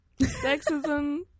Sexism